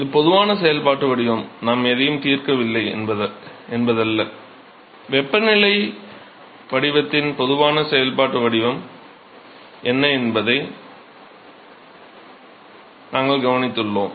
இது பொதுவான செயல்பாட்டு வடிவம் நாம் எதையும் தீர்க்கவில்லை என்பதல்ல வெப்பநிலை வடிவத்தின் பொதுவான செயல்பாட்டு வடிவம் என்ன என்பதை நாங்கள் கவனித்தோம்